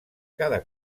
cada